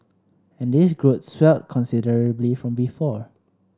and this group swelled considerably from before